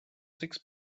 six